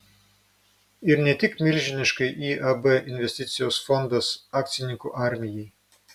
ir ne tik milžiniškai iab investicijos fondas akcininkų armijai